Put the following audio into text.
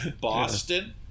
Boston